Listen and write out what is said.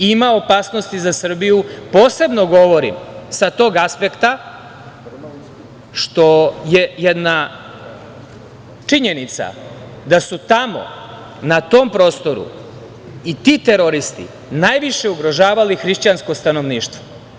Ima opasnosti za Srbiju, posebno govorim sa tog aspekta što je jedna činjenica, da su tamo, na tom prostoru i ti teroristi najviše ugrožavali hrišćansko stanovništvo.